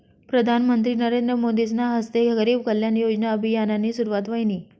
प्रधानमंत्री नरेंद्र मोदीसना हस्ते गरीब कल्याण योजना अभियाननी सुरुवात व्हयनी